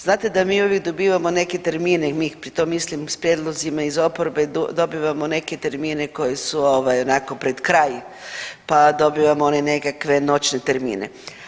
Znate da mi uvijek dobivamo neke termine i mi ih pri tome mislimo s prijedlozima iz oporbe dobivamo neke termine koji su onako pred kraj, pa dobivamo one nekakve noćne termine.